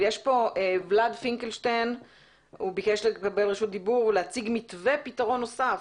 אבל ולאד פינקלשטיין ביקש רשות דיבור להציג מתווה פתרון נוסף.